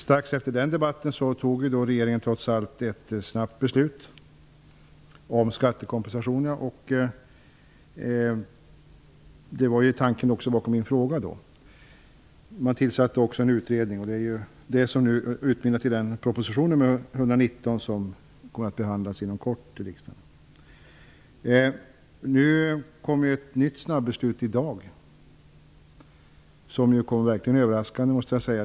Strax efter den debatten fattade regeringen snabbt ett beslut om skattekompensationer. Detta var tanken bakom min fråga. Man tillsatte också en utredning. Det här har utmynnat i proposition 1993/94:119, som kommer att behandlas i riksdagen inom kort. I dag fattade man ånyo snabbt ett beslut. Jag måste säga att det verkligen kom överraskande.